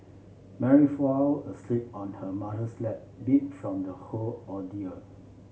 Mary fell asleep on her mother's lap beat from the whole ordeal